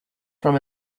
from